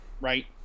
right